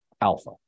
alpha